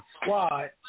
squad